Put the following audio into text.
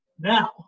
Now